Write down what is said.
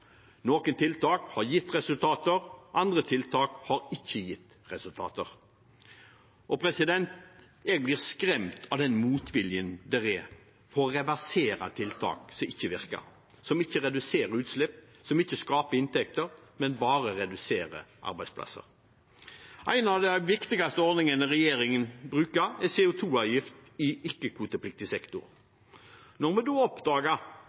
Noen tiltak har gitt resultater, andre tiltak har ikke gitt resultater. Jeg blir skremt av den motviljen som er mot å reversere tiltak som ikke virker, som ikke reduserer utslipp, og som ikke skaper inntekter, men bare reduserer arbeidsplasser. En av de viktigste ordningene regjeringen bruker, er CO 2 -avgift i ikke-kvotepliktig sektor.